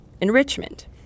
enrichment